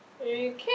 Okay